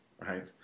right